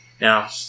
Now